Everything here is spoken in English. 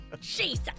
Jesus